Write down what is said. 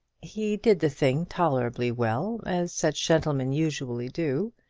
he did the thing tolerably well, as such gentlemen usually do,